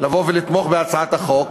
לבוא ולתמוך בהצעת החוק,